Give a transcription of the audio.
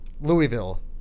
Louisville